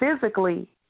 physically